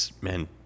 man